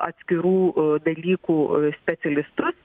atskirų a dalykų specialistus